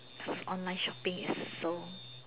cause online shopping is so